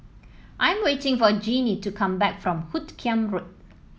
I am waiting for Jeannie to come back from Hoot Kiam Road